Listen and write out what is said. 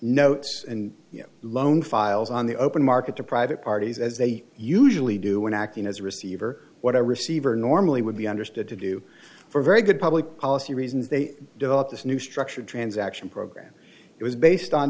notes and loan files on the open market to private parties as they usually do when acting as a receiver what a receiver normally would be understood to do for very good public policy reasons they developed this new structure transaction program it was based on